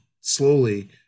slowly